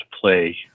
play